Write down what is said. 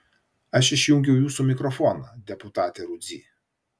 aš išjungiau jūsų mikrofoną deputate rudzy